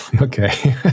Okay